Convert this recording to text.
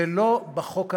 ולא החוק הראשי.